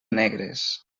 negres